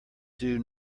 due